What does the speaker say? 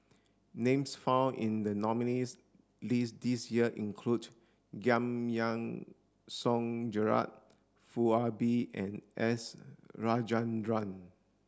names found in the nominees' list this year include Giam Yean Song Gerald Foo Ah Bee and S Rajendran